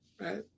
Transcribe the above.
right